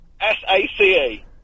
S-A-C-E